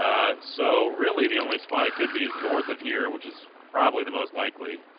um so really the only spot it could be is north of here which is probably the most likely